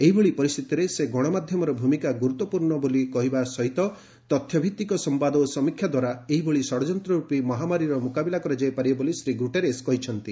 ଏହିଭଳି ପରିସ୍ଥିତିରେ ସେ ଗଣମାଧ୍ୟମର ଭୂମିକା ଗୁରୁତ୍ୱପୂର୍ଣ୍ଣ ବୋଲି କହିବା ସହିତ ତଥ୍ୟଭିତ୍ତିକ ସମ୍ଭାଦ ଓ ସମୀକ୍ଷା ଦ୍ୱାରା ଏହିଭଳି ଷଡଯନ୍ତ୍ର ରୂପୀ ମହାମାରୀର ମୁକାବିଲା କରାଯାଇପାରିବ ବୋଲି ଶ୍ରୀ ଗୁଟେରସ୍ କହିଛନ୍ତି